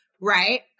right